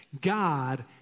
God